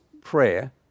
prayer